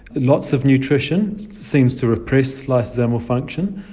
lots of nutrition seems to repress lysosomal function,